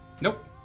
Nope